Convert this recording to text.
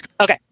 Okay